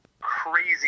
crazy